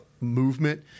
movement